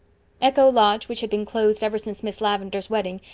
echo lodge, which had been closed ever since miss lavendar's wedding,